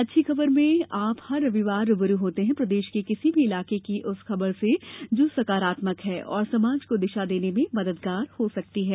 अच्छी खबर में आप हर रविवार रू ब रू होते हैं प्रदेश के किसी भी इलाके की उस खबर से जो सकारात्मक है और समाज को दिशा देने में मददगार हो सकती है